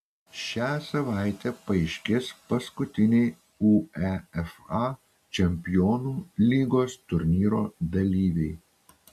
šią savaitę paaiškės paskutiniai uefa čempionų lygos turnyro dalyviai